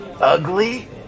Ugly